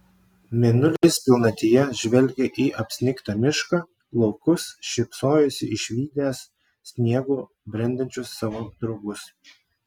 mėnulis pilnatyje žvelgė į apsnigtą mišką laukus šypsojosi išvydęs sniegu brendančius savo draugus